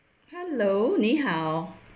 hello 你好